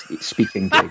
speaking